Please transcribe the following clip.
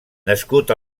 nascut